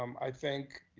um i think,